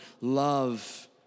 love